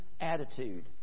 attitude